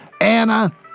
Anna